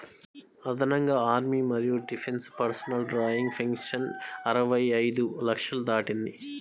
అదనంగా ఆర్మీ మరియు defence personnel drawing pension ఇరవై ఐదు లక్షలు దాటింది